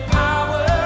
power